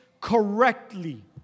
correctly